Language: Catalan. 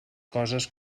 coses